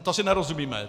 To si nerozumíme.